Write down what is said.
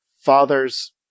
father's